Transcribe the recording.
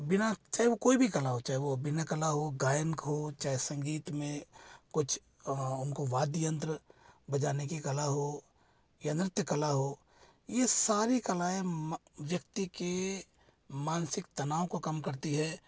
बिना चाहे वो कोई भी कला हो चाहे वो अभिनय कला हो गायक हो चाहे संगीत में कुछ उनको वाद यंत्र बजाने की कला हो या नृत्य कला हो ये सारी कलाएँ व्यक्ति के मानसिक तनाव को कम करती है